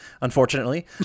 unfortunately